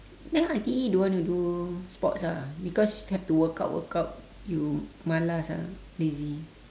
then I_T_E you don't want to do sports ah because have to work out work out you malas ah lazy